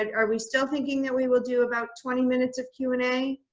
and are we still thinking that we will do about twenty minutes of q and a?